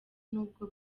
nubwo